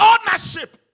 Ownership